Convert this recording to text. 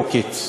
ועוקץ.